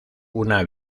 una